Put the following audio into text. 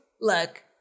Look